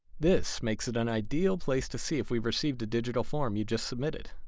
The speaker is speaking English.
this makes it an ideal place to see if we've received a digital form you just submitted.